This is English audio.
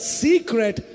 secret